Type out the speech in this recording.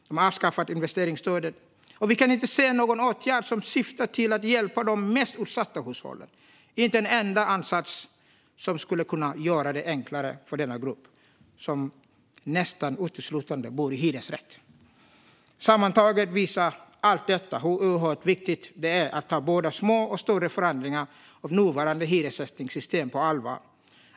Man har avskaffat investeringsstödet, och vi kan inte se någon åtgärd som syftar till att hjälpa de mest utsatta hushållen - inte en enda ansats som skulle kunna göra det enklare för denna grupp, som nästan uteslutande bor i hyresrätt. Sammantaget visar allt detta hur oerhört viktigt det är att ta både små och större förändringar av nuvarande hyressättningssystem på allvar.